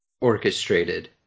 orchestrated